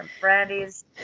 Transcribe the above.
Brandy's